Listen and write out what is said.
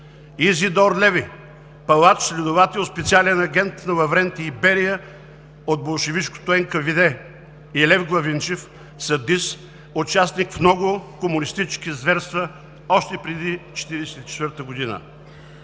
Изидор Леви – палач-следовател, специален агент на Лаврентий Берия от болшевишкото НКВД, и Лев Главинчев – садист, участник в много комунистически зверства още преди 1944 г.